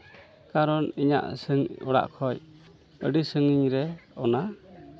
ᱠᱟᱨᱚᱱ ᱤᱧᱟᱹᱜ ᱚᱲᱟᱜ ᱠᱷᱚᱡ ᱟᱹᱰᱤ ᱥᱟᱺᱜᱤᱧ ᱨᱮ ᱚᱱᱟ